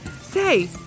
Say